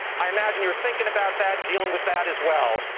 i imagine you're thinking about that, dealing with that as well.